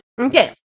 Okay